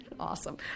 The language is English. Awesome